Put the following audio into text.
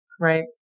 right